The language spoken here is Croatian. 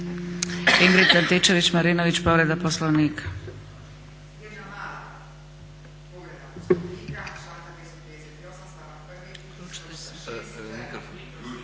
Ingrid Antičević-Marinović, povreda Poslovnika.